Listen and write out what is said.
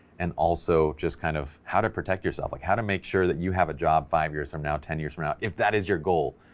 and also just kind of how to protect yourself, like how to make sure that you have a job five years from now, ten years from now, if that is your goal,